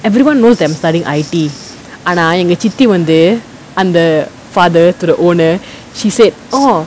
everyone knows them studying I_T ஆனா எங்க:aanaa enga chithi வந்து அந்த:vanthu antha father to the owner she said oh